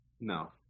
No